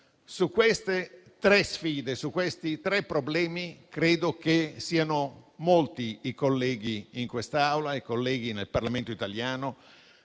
Su queste tre sfide, su questi tre problemi credo che siano molti i colleghi in quest'Aula e in generale nel Parlamento italiano